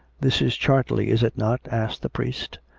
this is chartley, is it not? asked the priest,